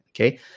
okay